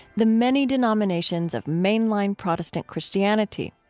the many denominations of mainline protestant christianity.